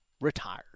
retired